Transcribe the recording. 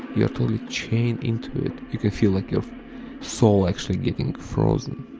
you are totally chained into it, you can feel like your soul actually getting frozen,